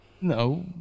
No